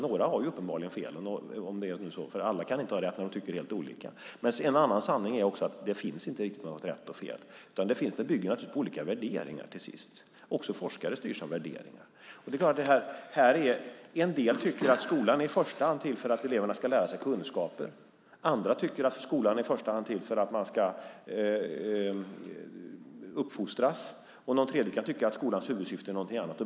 Några har uppenbarligen fel, för alla kan inte ha rätt när de tycker helt olika. En annan sanning är att det inte finns något rätt och fel. Det bygger till sist på olika värderingar; också forskare styrs av värderingar. En del tycker att skolan i första hand är till för att eleverna ska få kunskaper. Andra tycker att skolan i första hand är till för att uppfostra. Några tycker att skolans huvudsyfte är något annat.